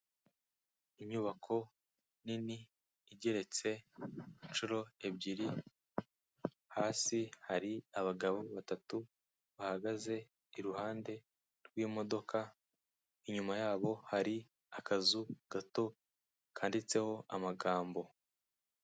Inyubako nini igeretse inshuro ebyiri, hasi hari abagabo batatu, bahagaze iruhande rw'imodoka, inyuma yabo hari akazu gato, kandiditseho amagambo.